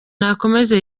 nakomeze